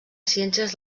ciències